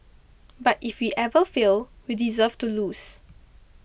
but if we ever fail we deserve to lose